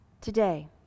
Today